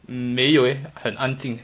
mm 没有 leh 很安静